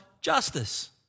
justice